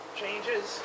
changes